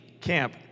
Camp